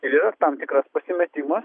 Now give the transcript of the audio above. ir yra tam tikras pasimetimas